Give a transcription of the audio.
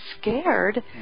scared